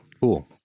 Cool